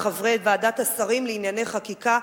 לחברי ועדת השרים לענייני חקיקה,